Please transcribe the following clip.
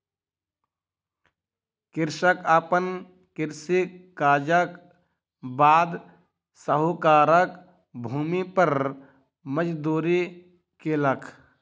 कृषक अपन कृषि काजक बाद साहूकारक भूमि पर मजदूरी केलक